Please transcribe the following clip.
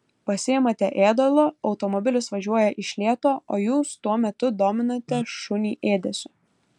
pasiimate ėdalo automobilis važiuoja iš lėto o jūs tuo metu dominate šunį ėdesiu